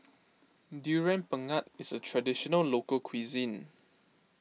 Durian Pengat is a Traditional Local Cuisine